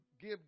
give